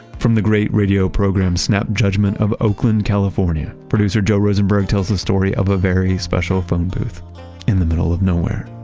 from the great radio program, snap judgment of oakland, california, producer joe rosenberg tells the story of a very special phone booth in the middle of nowhere